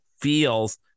feels